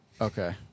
Okay